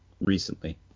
recently